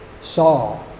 saw